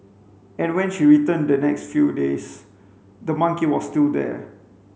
and when she returned the next few days the monkey was still there